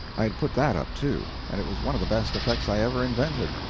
i had put that up, too, and it was one of the best effects i ever invented.